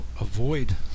avoid